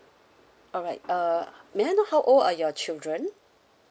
alright uh may I know how old are your children